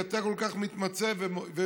כי אתה כל כך מתמצא ויודע.